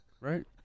Right